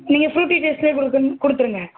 நீங்கள் ஃப்ரூட்டி டேஸ்ட்லேயே கொடுத்து கொடுத்துருங்க